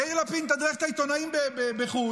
יאיר לפיד מתדרך את העיתונאים בחו"ל,